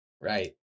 Right